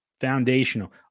foundational